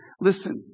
Listen